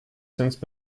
since